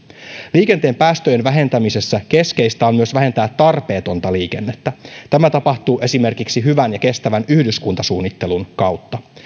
liikenteen päästöjen vähentämisessä keskeistä on myös vähentää tarpeetonta liikennettä tämä tapahtuu esimerkiksi hyvän ja kestävän yhdyskuntasuunnittelun kautta